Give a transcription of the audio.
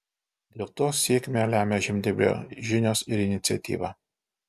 dėl to sėkmę lemia žemdirbio žinios ir iniciatyva